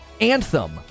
Anthem